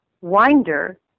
Winder